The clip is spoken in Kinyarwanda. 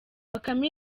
bakame